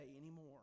anymore